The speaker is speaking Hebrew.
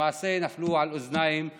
למעשה נפלו על אוזניים אטומות.